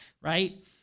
right